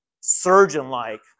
surgeon-like